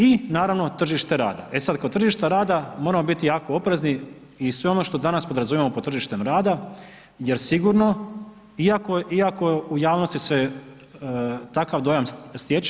I naravno tržište rada, e sad kod tržišta rada moramo biti jako oprezni i sve ono što danas podrazumijevamo pod tržištem rada jer sigurno iako u javnosti se takav dojam stječe.